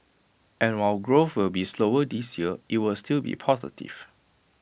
and while growth will be slower this year IT will still be positive